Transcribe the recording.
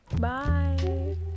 Bye